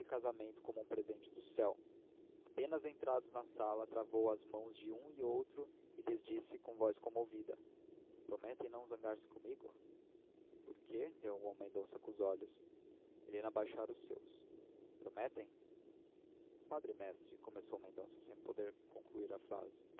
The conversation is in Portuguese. como um presente do céu apenas entrados na sala travou as mãos de um e outro e lhes disse com voz comovida prometem não zangar-se comigo por quê interrogou mendonça com os olhos helena baixara os seus prometem padre mestre começou mendonça sem poder concluir a frase